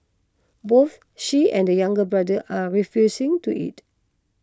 both she and the younger brother are refusing to eat